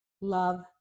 love